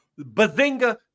Bazinga